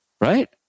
right